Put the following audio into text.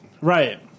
right